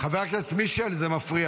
חבר הכנסת מישל, זה מפריע.